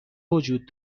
وجود